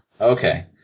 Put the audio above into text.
Okay